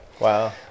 wow